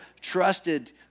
trusted